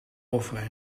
over